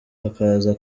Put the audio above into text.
hakaza